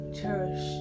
cherish